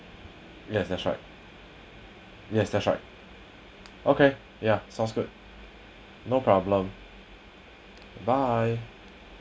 yes that's right yes that's right okay ya sounds good no problem bye